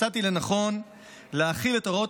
מצאתי לנכון לאפשר להחיל את הוראות